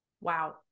wow